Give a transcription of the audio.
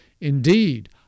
Indeed